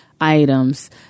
items